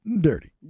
Dirty